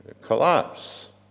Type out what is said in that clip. collapse